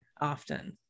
often